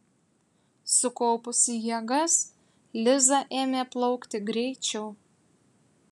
sukaupusi jėgas liza ėmė plaukti greičiau